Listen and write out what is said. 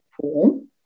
form